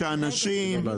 הצבעה